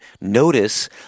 notice